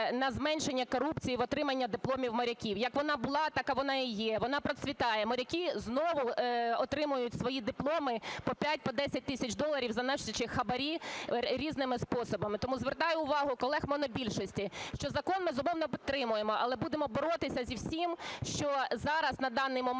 на зменшення корупції в отриманні дипломів моряків. Яка вона була, така вона і є, вона процвітає, моряки знову отримують свої дипломи по 5, по 10 тисяч доларів заносячи хабарі різними способами. Тому звертаю увагу колег монобільшості, що закон, безумовно, підтримуємо, але будемо боротися зі всім, що зараз, на даний момент,